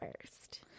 first